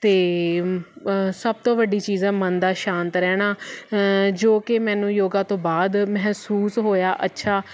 ਅਤੇ ਸਭ ਤੋਂ ਵੱਡੀ ਚੀਜ਼ ਆ ਮਨ ਦਾ ਸ਼ਾਂਤ ਰਹਿਣਾ ਜੋ ਕਿ ਮੈਨੂੰ ਯੋਗਾ ਤੋਂ ਬਾਅਦ ਮਹਿਸੂਸ ਹੋਇਆ ਅੱਛਾ